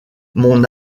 mon